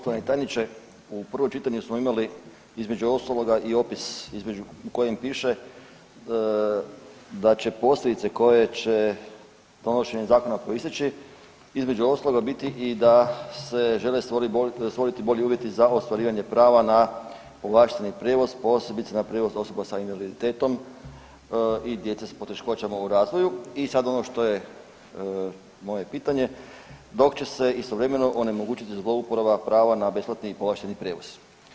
Poštovani tajniče u prvo čitanje smo imali između ostaloga i opis između, u kojem piše da će posljedice koje će donošenjem zakona proisteći između ostaloga biti i da se žele stvoriti bolji uvjeti za ostvarivanje prava na povlašteni prijevoz posebice na prijevoz osoba sa invaliditetom i djece s poteškoćama u razvoju i sad ono što je moje pitanje dok će se istovremeno onemogućiti zlouporaba prava na besplatni i povlašteni prijevoz.